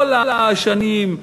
כל השנים,